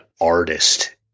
artist